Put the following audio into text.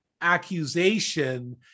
accusation